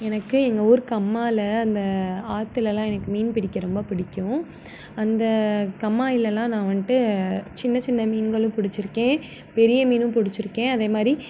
எனக்கு எங்கள் ஊர் கம்மாவில அந்த ஆற்றுலலாம் எனக்கு மீன் பிடிக்க ரொம்ப பிடிக்கும் அந்த கம்மாயிலலாம் நான் வந்துட்டு சின்ன சின்ன மீன்களும் பிடிச்சிருக்கேன் பெரிய மீனும் பிடிச்சிருக்கேன் அதேமாதிரி